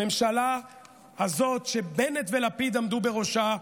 הממשלה הזו שבנט ולפיד עמדו בראשה,